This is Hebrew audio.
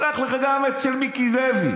אשלח לך גם את של מיקי לוי.